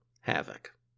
havoc